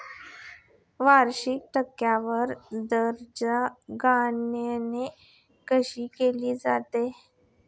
वार्षिक टक्केवारी दराची गणना कशी केली जाते?